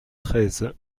treize